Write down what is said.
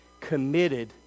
committed